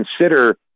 consider